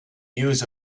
use